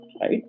right